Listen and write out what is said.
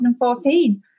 2014